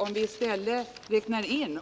Om vi i stället räknar in